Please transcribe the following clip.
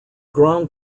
grand